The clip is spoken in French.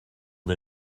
des